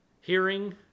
Hearing